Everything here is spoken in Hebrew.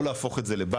לא להפוך את זה לבנק,